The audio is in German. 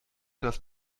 das